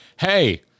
Hey